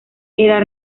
era